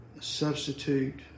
substitute